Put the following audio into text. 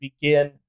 begin